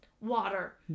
water